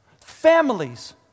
families